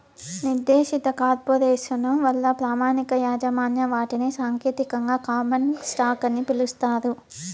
నిర్దేశిత కార్పొరేసను వల్ల ప్రామాణిక యాజమాన్య వాటాని సాంకేతికంగా కామన్ స్టాకు అని పిలుస్తారు